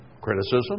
criticism